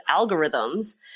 algorithms